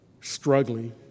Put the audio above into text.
struggling